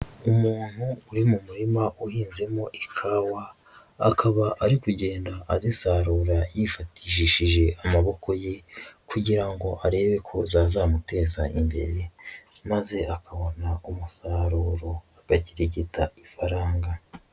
umuntu uri mumurima uhinzemo ikawa akaba ari kugenda azisarura yifashishije amaboko ye kugira ngo arebeko zazamuteza imbere maze akabona umusaruro agakirigita ifaranga.